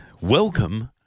Welcome